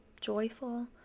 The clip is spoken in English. joyful